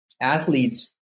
athletes